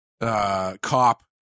cop